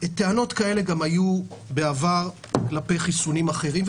טענות כאלה גם היו בעבר כלפי חיסונים אחרים,